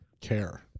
care